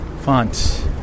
Fonts